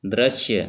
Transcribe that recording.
दृश्य